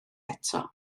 eto